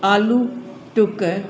आलू टुक